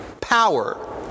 power